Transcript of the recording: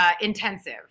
Intensive